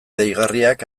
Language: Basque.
deigarriak